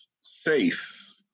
safe